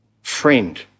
friend